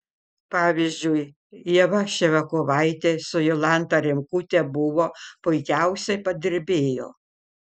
pavyzdžiui ieva ševiakovaitė su jolanta rimkute buvo puikiausiai padirbėjo